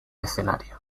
escenario